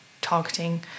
targeting